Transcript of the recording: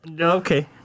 Okay